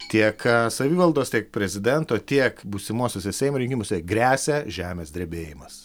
tiek savivaldos tiek prezidento tiek būsimuosiuose seimo rinkimuose gresia žemės drebėjimas